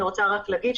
אני רוצה רק להגיד,